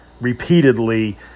repeatedly